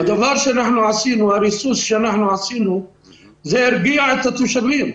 הריסוס שאנחנו עשינו הרגיע את התושבים.